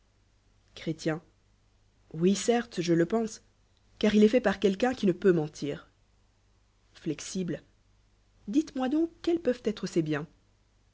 oui certes je le pense ar est fait par quetqu'un qui ne peut mentir flexili le dites-moi donc quels peuvent être ces liiens